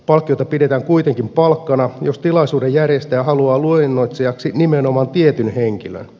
palkkiota pidetään kuitenkin palkkana jos tilaisuuden järjestäjä haluaa luennoitsijaksi nimenomaan tietyn henkilön